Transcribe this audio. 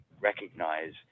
recognize